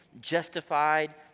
justified